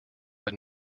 but